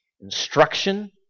instruction